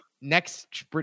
next